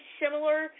similar